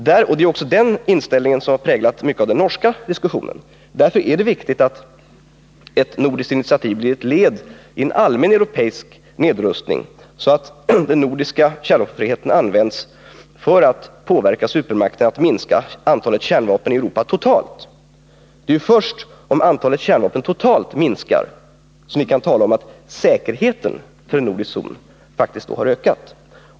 Det är också den inställningen som har präglat mycket av den norska diskussionen. Därför är det också viktigt att ett nordiskt initiativ blir ett led i en allmän europeisk nedrustning, så att den nordiska kärnvapenfriheten används för att påverka supermakterna att minska antalet kärnvapen i Europa totalt. Det är först om antalet kärnvapen totalt minskar som vi kan tala om att säkerheten för en nordisk zon faktiskt har ökat.